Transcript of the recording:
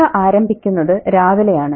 കഥ ആരംഭിക്കുന്നത് രാവിലെയാണ്